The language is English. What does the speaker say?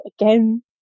again